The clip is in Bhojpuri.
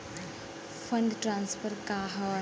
फंड ट्रांसफर का हव?